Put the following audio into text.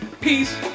Peace